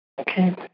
Okay